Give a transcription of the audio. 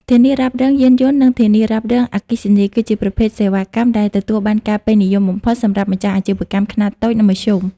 ធានារ៉ាប់រងយានយន្ត និងធានារ៉ាប់រងអគ្គិភ័យ គឺជាប្រភេទសេវាកម្មដែលទទួលបានការពេញនិយមបំផុតសម្រាប់ម្ចាស់អាជីវកម្មខ្នាតតូច និងមធ្យម ។